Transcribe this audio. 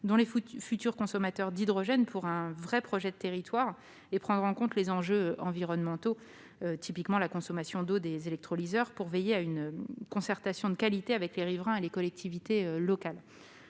dont les futurs consommateurs d'hydrogène, pour que se mette en place un véritable projet de territoire ; elles devront aussi prendre en compte les enjeux environnementaux, typiquement la consommation d'eau des électrolyseurs, et veiller à une concertation de qualité avec les riverains et les collectivités locales.